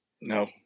no